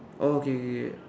oh okay okay okay